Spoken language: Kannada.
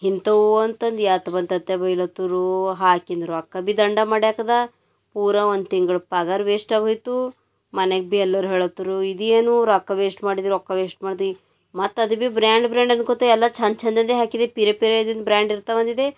ಇಂಥವು ಅಂತಂದು ಯಾತ್ತ ಬಂತತ್ತೆ ಬೈಲತ್ತರು ಹಾಕಿಂದು ರೊಕ್ಕ ಬಿ ದಂಡ ಮಾಡ್ಯಾಕ್ದೆ ಪೂರ ಒಂದು ತಿಂಗ್ಳು ಪಗರ ವೇಸ್ಟಾಗಿ ಹೋಯಿತು ಮನೆಗೆ ಬಿ ಎಲ್ಲರು ಹೇಳತ್ರು ಇದ್ಯೆನೂ ರೊಕ್ಕ ವೇಸ್ಟ್ ಮಾಡಿದೆ ರೊಕ್ಕ ವೇಸ್ಟ್ ಮಾಡ್ದೆ ಮತ್ತು ಅದು ಬಿ ಬ್ರ್ಯಾಂಡ್ ಬ್ರ್ಯಾಂಡ್ ಅನ್ಕೊತ ಎಲ್ಲ ಛಂದ್ ಛಂದದೇ ಹಾಕಿದೆ ಪಿರೇ ಪಿರೇದ್ ಬ್ರ್ಯಾಂಡ್ ಇರ್ತವಂದಿದ್ದೆ